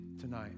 tonight